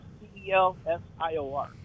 C-E-L-S-I-O-R